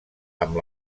amb